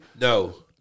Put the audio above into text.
No